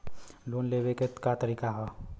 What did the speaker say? Loan के लेवे क तरीका का ह?